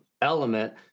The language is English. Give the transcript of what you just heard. element